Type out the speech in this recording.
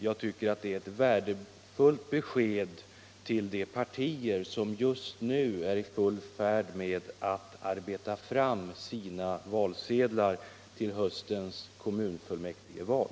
Jag tycker att det är ett värdefullt besked till de partier som just nu är i full färd med att arbeta fram sina valsedlar till höstens kommunfullmäktigeval.